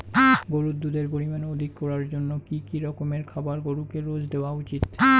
গরুর দুধের পরিমান অধিক করার জন্য কি কি রকমের খাবার গরুকে রোজ দেওয়া উচিৎ?